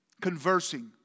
Conversing